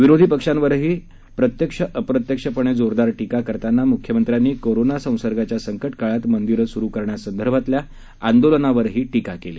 विरोधी पक्षांवरही प्रत्यक्ष अप्रत्यक्षपणे जोरदार टीका करतांना मुख्यमंत्र्यांनी कोरोना विषाणू संसर्गाच्या संकट काळात मंदिरं सुरू करण्यासंदर्भातल्या आंदोलनावरही जोरदार टीका केली